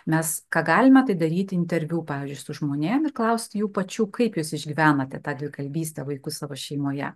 mes ką galime tai daryti interviu pavyzdžiui su žmonėm ir klausti jų pačių kaip jūs išgyvenate tą dvikalbystę vaikus savo šeimoje